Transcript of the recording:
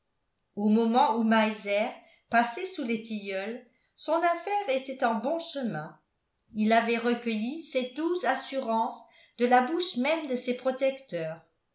au moment où meiser passait sous les tilleuls son affaire était en bon chemin il avait recueilli cette douce assurance de la bouche même de ses protecteurs